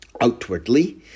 Outwardly